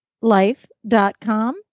life.com